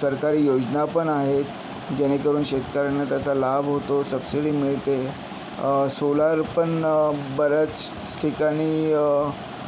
सरकारी योजनापण आहेत जेणेकरून शेतकऱ्यांना त्याचा लाभ होतो सबसिडी मिळते सोलार पण बऱ्याच ठिकाणी